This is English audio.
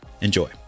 Enjoy